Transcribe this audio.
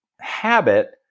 habit